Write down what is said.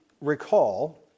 recall